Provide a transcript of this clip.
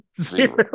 Zero